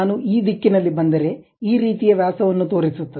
ನಾನು ಈ ದಿಕ್ಕಿನಲ್ಲಿ ಬಂದರೆ ಈ ರೀತಿಯ ವ್ಯಾಸವನ್ನು ತೋರಿಸುತ್ತದೆ